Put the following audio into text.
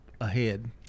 ahead